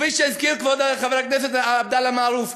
כפי שהזכיר כבוד חבר הכנסת עבדאללה אבו מערוף,